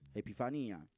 epifania